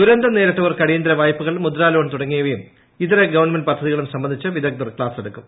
ദുരന്തം നേരിട്ടവർക്ക് അടിയന്തര വായ്പകൾ മുദ്രാ ലോൺ തുടങ്ങിയവയും ഇതര കേന്ദ്ര ഗവൺമെന്റ് പദ്ധതികളും സംബന്ധിച്ച് വിദഗ്ധർ ക്താസെടുക്കും